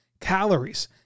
calories